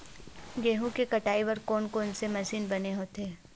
गेहूं के कटाई बर कोन कोन से मशीन बने होथे?